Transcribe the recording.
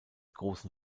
großen